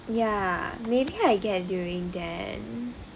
ya maybe I get during then